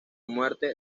muerte